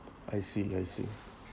I see I see